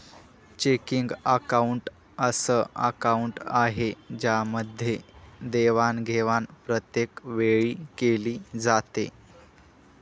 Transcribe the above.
checking account अस account आहे ज्यामध्ये देवाणघेवाण प्रत्येक वेळी केली जाते